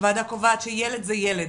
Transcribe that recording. הוועדה קובעת שילד זה ילד,